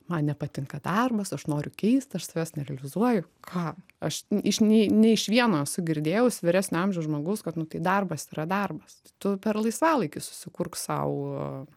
man nepatinka darbas aš noriu keist aš savęs nerealizuoju ką aš iš nei nei iš vieno esu girdėjus vyresnio amžiaus žmogus kad nu tai darbas yra darbas tu per laisvalaikį susikurk sau